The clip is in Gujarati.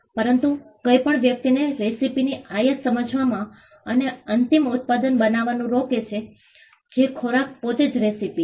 પરંતુ કંઇપણ વ્યક્તિને રેસીપીની આયાત સમજવામાં અને અંતિમ ઉત્પાદન બનાવવાનું રોકે છે જે ખોરાક પોતે જ રેસીપી છે